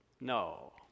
no